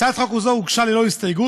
הצעת חוק זו הוגשה ללא הסתייגויות,